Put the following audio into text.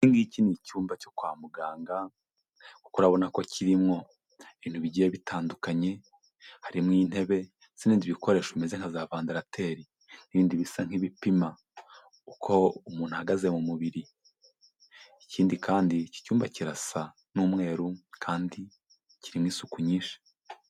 Iki ngiki ni icyumba cyo kwa muganga kuko urabona ko kirimo ibintu bigiye bitandukanye, harimo intebe n'ibindi bikoresho bimeze nka za vendarateri, n'ibindi bisa nk'ibipima uko umuntu ahagaze mu mubiri. Ikindi kandi iki cyumba kirasa n'umweru, kandi kirimo isuku nyinshi.